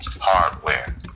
hardware